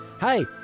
Hey